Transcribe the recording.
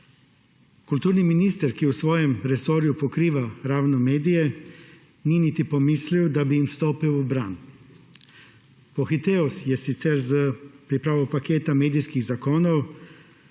Kulturni minister, ki v svojem resorju pokriva ravno medije, ni niti pomislil, da bi jim stopil v bran. Pohitel je sicer s pripravo paketa medijskih zakonov,